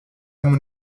mon